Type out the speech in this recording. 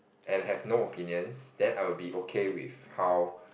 and have no opinions then I will be okay with how